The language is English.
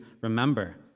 remember